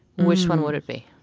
which one would it be?